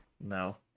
no